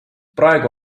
praegu